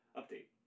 update